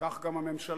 כך גם הממשלה,